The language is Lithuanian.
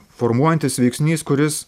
formuojantis veiksnys kuris